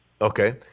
Okay